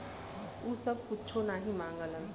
उ सब कुच्छो नाही माँगलन